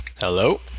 hello